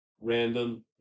random